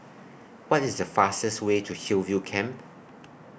What IS The fastest Way to Hillview Camp